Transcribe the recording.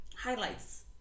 Highlights